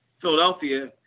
Philadelphia